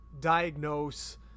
diagnose